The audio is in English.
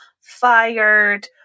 fired